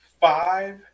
five